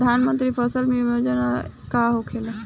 प्रधानमंत्री फसल बीमा योजना का होखेला?